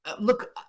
Look